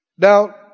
Now